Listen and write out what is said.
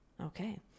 Okay